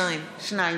שניים.